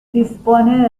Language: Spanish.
dispone